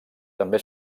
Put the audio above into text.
també